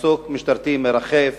מסוק משטרתי מרחף